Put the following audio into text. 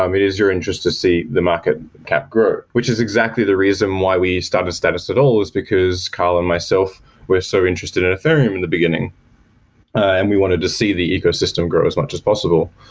um it is your interest to see the market cap grow, which is exactly the reason why we started status at all is because carl and myself were so interested in ethereum in the beginning and we wanted to see the ecosystem grow as much as possible.